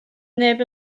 neb